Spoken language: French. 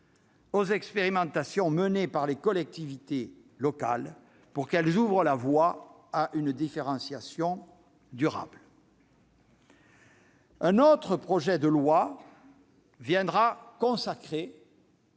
aux expérimentations menées par les collectivités territoriales pour qu'elles ouvrent la voie à une différenciation durable. Un autre projet de loi viendra consacrer